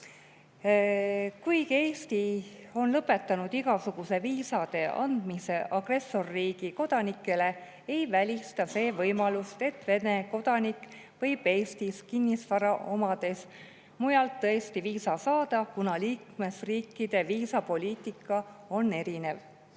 Kuigi Eesti on lõpetanud igasuguse viisade andmise agressorriigi kodanikele, ei välista see võimalust, et Vene kodanik võib Eestis kinnisvara omades mujalt tõesti viisa saada, kuna liikmesriikide viisapoliitika on erinev.